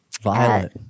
Violet